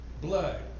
blood